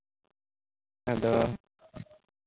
ᱟᱫᱚ